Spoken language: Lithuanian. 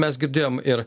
mes girdėjom ir